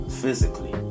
physically